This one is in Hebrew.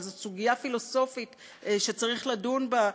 אבל זאת סוגיה פילוסופית שצריך לדון בה.